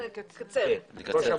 אני מקצר.